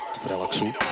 Relaxu